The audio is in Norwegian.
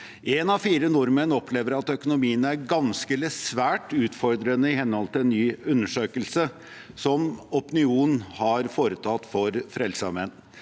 En av fire nordmenn opplever at økonomien er ganske eller svært utfordrende, i henhold til en ny undersøkelse som Opinion har foretatt for Frelsesarmeen.